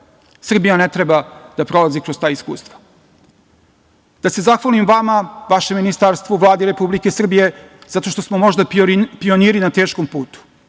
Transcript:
Srbija ne treba da prolazi kroz ta iskustva. Da se zahvalim vama, vašem ministarstvu, Vladi Republike Srbije zato što smo možda pioniri na teškom putu.